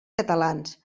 catalans